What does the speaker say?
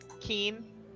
keen